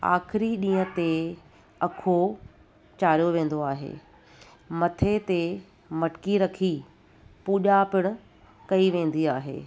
आख़िरी ॾींहं ते अख़ो चाढ़ियो वेंदो आहे मथे ते मटिकी रखी पूॼा पिणु कई वेंदी आहे